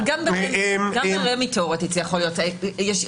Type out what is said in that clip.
אבל גם ברמ"י תיאורטית זה יכול להיות הצמדה,